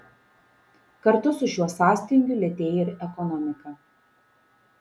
kartu su šiuo sąstingiu lėtėja ir ekonomika